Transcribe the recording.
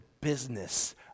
business